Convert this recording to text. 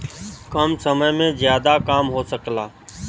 कम समय में जादा काम हो सकला